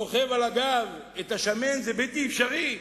סוחב על הגב את השמן, זה בלתי אפשרי,